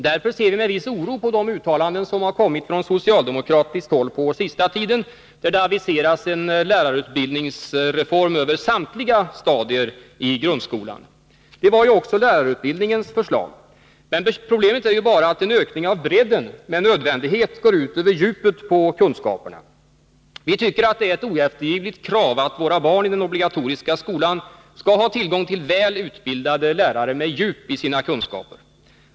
Därför ser vi med viss oro på de uttalanden som har kommit från socialdemokratiskt håll på senaste tiden. Där har aviserats en lärarutbildningsreform avseende samtliga stadier i grundskolan. Detta var också lärarutbildningsutredningens förslag. Problemet är bara att en ökning av bredden med nödvändighet går ut över djupet på kunskaperna. Vi anser att det är ett oeftergivligt krav att våra barn i den obligatoriska skolan skall ha tillgång till väl utbildade lärare med djup i sina kunskaper.